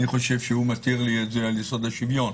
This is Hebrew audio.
אני חושב שהוא מתיר לי את זה על יסוד השוויון.